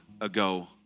ago